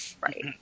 Right